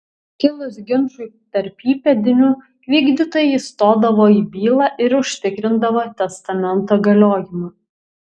kilus ginčui tarp įpėdinių vykdytojai įstodavo į bylą ir užtikrindavo testamento galiojimą